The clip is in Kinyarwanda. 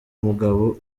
mugabo